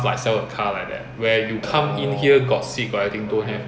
the my previous company we we are bus operator mah